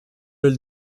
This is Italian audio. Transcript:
del